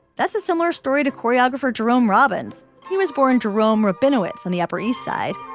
that's a similar story to choreographer jerome robbins. he was born jerome rabinowitz on the upper east side.